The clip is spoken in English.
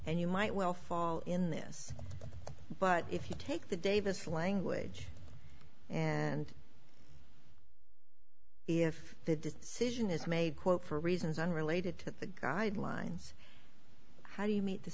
and you might well fall in this but if you take the davis language and if the decision is made quote for reasons unrelated to the guidelines how do you meet the